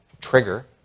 trigger